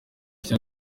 nshya